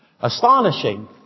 astonishing